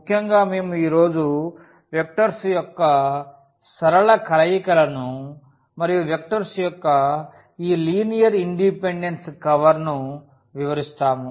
ముఖ్యంగా మేము ఈ రోజు వెక్టర్స్ యొక్క సరళ కలయికలను మరియు వెక్టర్స్ యొక్క ఈ లీనియర్ ఇండిపెండెన్స్ కవర్ ను వివరిస్తాము